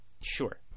Sure